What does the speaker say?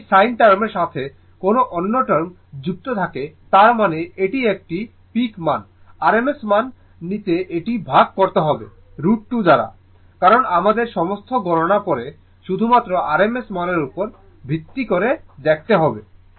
যদি এই sin টার্মের সাথে কোন অন্য টার্ম যুক্ত থাকে তার মানে এটি একটি পিক মান rms মান নিতে এটি ভাগ করতে হবে √2 দ্বারা কারণ আমাদের সমস্ত গণনা পরে শুধুমাত্র rms মান এর উপর ভিত্তি করে দেখতে হবে